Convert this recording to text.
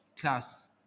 class